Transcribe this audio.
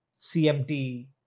cmt